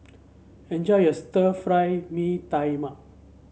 enjoy your Stir Fry Mee Tai Mak